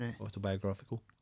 Autobiographical